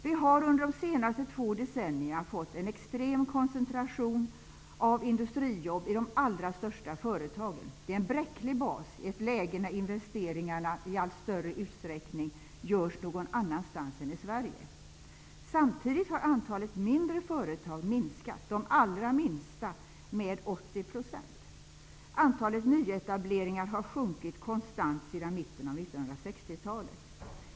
Vi har under de senaste två decennierna fått en extrem koncentration av industrijobb i de allra största företagen. Det är en bräcklig bas i ett läge när investeringarna i allt större utsträckning görs någon annanstans än i Sverige. Samtidigt har antalet mindre företag minskat, de allra minsta med 80 %. Antalet nyetableringar har sjunkit konstant sedan 1960-talet.